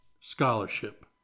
scholarship